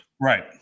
Right